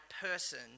person